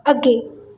ਅੱਗੇ